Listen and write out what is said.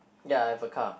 ya I have a car